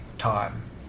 time